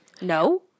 No